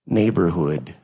neighborhood